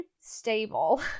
stable